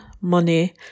money